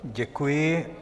Děkuji.